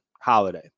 Holiday